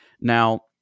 Now